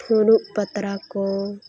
ᱯᱷᱩᱨᱩᱜ ᱯᱟᱛᱲᱟ ᱠᱚ